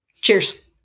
Cheers